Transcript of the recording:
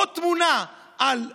עוד תמונה על קורונה,